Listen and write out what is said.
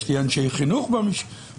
יש לי אנשי חינוך במשפחה.